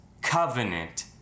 covenant